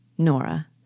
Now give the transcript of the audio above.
Nora